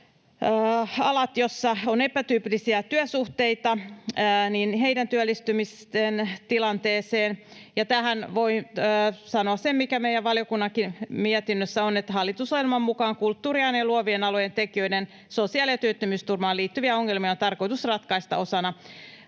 alat, joissa on epätyypillisiä työsuhteita, heidän työllistymistilanteensa, ja tähän voi sanoa sen, mikä meidän valiokuntammekin mietinnössä on, että hallitusohjelman mukaan kulttuurin ja luovien alojen tekijöiden sosiaali- ja työttömyysturvaan liittyviä ongelmia on tarkoitus ratkaista osana